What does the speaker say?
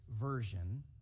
version